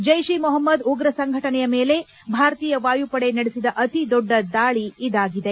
ಜೈಷ್ ಇ ಮೊಹಮ್ನದ್ ಉಗ್ರ ಸಂಘಟನೆಯ ಮೇಲೆ ಭಾರತೀಯ ವಾಯುಪಡೆ ನಡೆಸಿದ ಅತಿದೊಡ್ಲ ವಾಯುದಾಳಿ ಇದಾಗಿದೆ